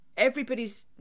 everybody's